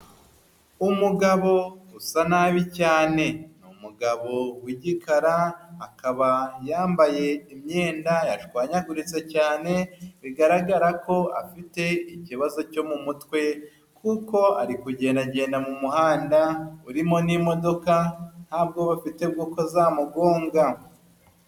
Umugabo usa nabi cyane, ni umugabo w'igikara, akaba yambaye imyenda yashwanyaguritse cyane, bigaragara ko afite ikibazo cyo mu mutwe, kuko ari kugendagenda mu muhanda urimo n'imodoka nta bwoba afite bw'uko zamugonga.